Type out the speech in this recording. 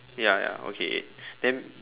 ya ya okay then